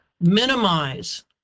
minimize